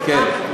כן.